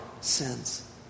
sins